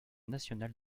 nationale